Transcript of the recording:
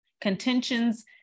contentions